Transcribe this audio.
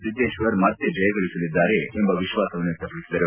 ಸಿದ್ದೇಶ್ವರ್ ಮತ್ತೆ ಜಯಗಳಿಸಲಿದ್ದಾರೆ ಎಂಬ ವಿಶ್ವಾಸ ವ್ವಕ್ತಪಡಿಸಿದರು